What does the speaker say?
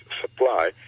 supply